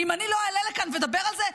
אם אני לא אעלה לכאן ואדבר על זה,